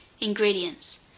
Ingredients